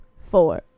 four